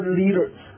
leaders